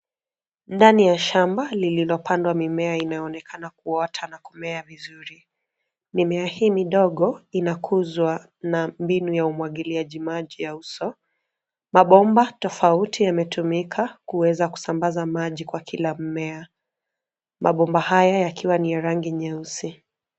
Ndani ya shamba lilopandwa mimea inayoonekana kuota na kumea vizuri. Mimea hii midogo inakuzwa na binu ya umwagiliaji maji ya uso. Mabomba tofauti yametumika kuweza kusambaza maji kwa kila mmea, mabomba haya yakiwa ni ya rangi nyeusi.